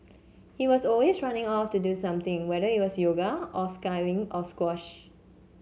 he was always running off to do something whether it was yoga or skiing or squash